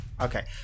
Okay